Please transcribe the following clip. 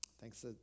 Thanks